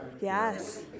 Yes